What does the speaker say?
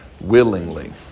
Willingly